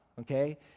okay